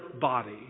body